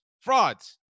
Frauds